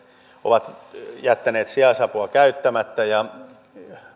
ovat jättäneet sijaisapua käyttämättä ja